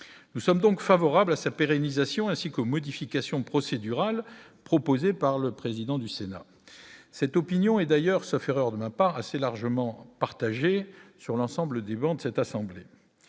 nous sommes donc favorables à sa pérennisation ainsi que modification procédurale proposée par le président du Sénat, cette opinion est d'ailleurs sauf erreur de ma pas assez largement partagée sur l'ensemble des bancs de cette assemblée,